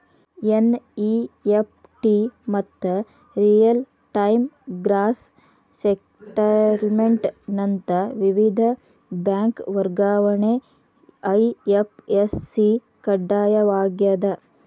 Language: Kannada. ಎನ್.ಇ.ಎಫ್.ಟಿ ಮತ್ತ ರಿಯಲ್ ಟೈಮ್ ಗ್ರಾಸ್ ಸೆಟಲ್ಮೆಂಟ್ ನಂತ ವಿವಿಧ ಬ್ಯಾಂಕ್ ವರ್ಗಾವಣೆಗೆ ಐ.ಎಫ್.ಎಸ್.ಸಿ ಕಡ್ಡಾಯವಾಗ್ಯದ